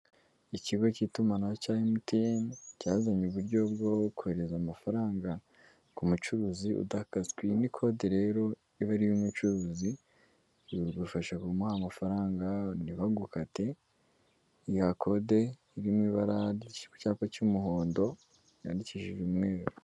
Ikigo k'itumanaho cya MTN, cyazanye uburyo bwo kohereza amafaranga, ku mucuruzi udakaswe, iyi ni kode rero iba ari iy' umucuruzi, bigufasha kumuha amafaranga ntibagukate , aha kode iri mu ibara ku cyapa cy'umuhondo, yandikishije umweru.